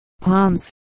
palms